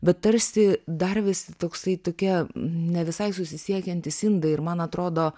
bet tarsi dar vis toksai tokia nevisai susisiekiantys indai ir man atrodo